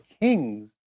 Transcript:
kings